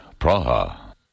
Praha